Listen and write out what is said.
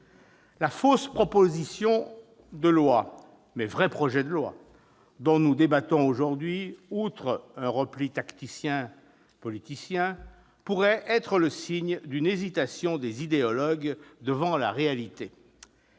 La fausse proposition de loi, mais vrai projet de loi, dont nous débattons aujourd'hui, outre un repli politicien tactique, pourrait être le signe d'une hésitation des idéologues devant la réalité.